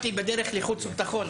שהוא לא מלמד תכנית לימודים ישראלית.